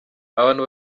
abantu